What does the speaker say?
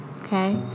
Okay